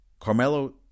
Carmelo